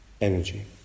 energy